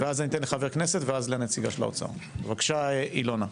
בבקשה, אילונה.